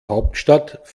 hauptstadt